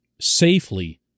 safely